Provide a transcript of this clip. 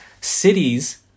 cities